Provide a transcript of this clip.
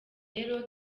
rero